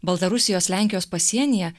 baltarusijos lenkijos pasienyje